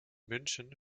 münchen